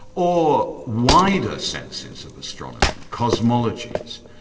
or wider senses of astronomy cosmologies.